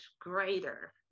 greater